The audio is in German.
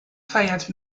feiert